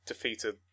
Defeated